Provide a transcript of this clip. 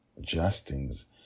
Justin's